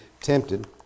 tempted